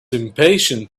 impatient